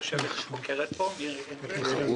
יושבת פה החוקרת, ד"ר מירי אנדוולד.